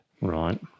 Right